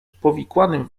powikłanym